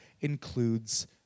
includes